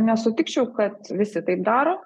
nesutikčiau kad visi taip daro